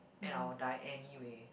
and I will die anyway